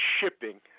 shipping